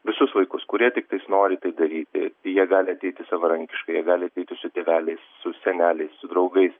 visus vaikus kurie tiktais nori tai daryti jie gali ateiti savarankiškai jie gali ateiti su tėveliais su seneliais su draugais